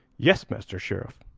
yes, master sheriff.